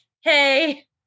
hey